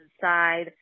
side